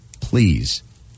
please